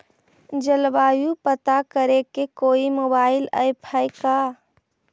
जलवायु पता करे के कोइ मोबाईल ऐप है का?